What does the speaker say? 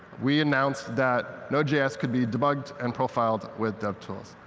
we announced that node js could be debugged and profiled with devtools.